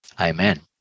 Amen